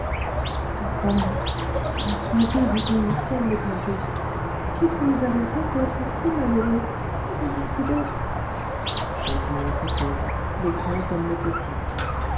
pauvre homme ah tu as bien raison le ciel n'est pas juste qu'est-ce que nous avons fait pour être si malheureux tandis que d'autres chacun a ses peines les grands comme les petits